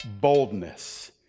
Boldness